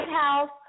House